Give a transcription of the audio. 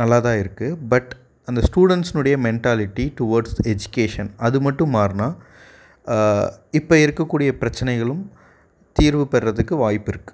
நல்லாதான் இருக்குது பட் அந்த ஸ்டூடண்ஸ்னுடைய மென்டாலிட்டி டூவெர்ட்ஸ் எஜிகேஷன் அது மட்டும் மாறுனால் இப்போ இருக்கக்கூடிய பிரச்சினைகளும் தீர்வு பெறதுக்கு வாய்ப்பிருக்குது